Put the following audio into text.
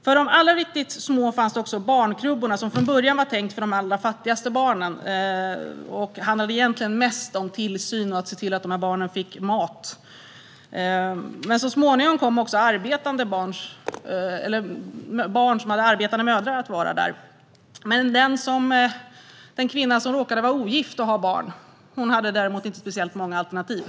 För de riktigt små fanns barnkrubborna, som från början var tänkta för de allra fattigaste barnen. De handlade egentligen mest om tillsyn och att se till att barnen fick mat, men så småningom kom också arbetande mödrars barn att vara där. Den kvinna som råkade vara ogift och ha barn hade däremot inte speciellt många alternativ.